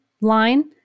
Line